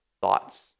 thoughts